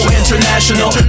international